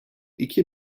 iki